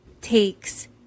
takes